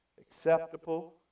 acceptable